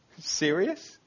Serious